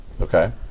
Okay